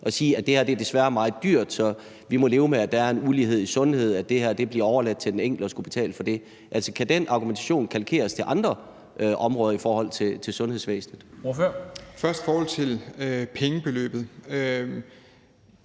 og sige, at det her desværre er meget dyrt, så vi må leve med, at der er en ulighed i sundhed, og at det her bliver overladt til den enkelte at skulle betale for? Altså, kan den argumentation kalkeres til andre områder i sundhedsvæsenet? Kl. 10:43 Formanden (Henrik